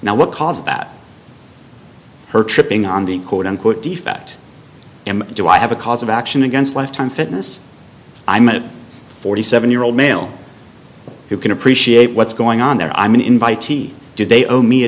now what caused that her tripping on the quote unquote defect and do i have a cause of action against lifetime fitness i'm a forty seven year old male who can appreciate what's going on there i mean invitee did they owe me a